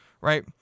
right